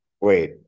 Wait